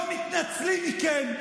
לא מתנצלים בפניכם,